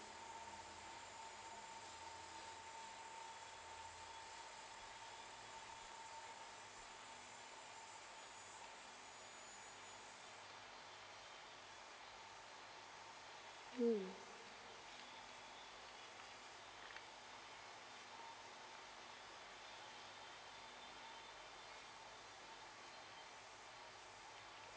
mm